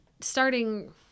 starting